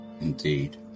Indeed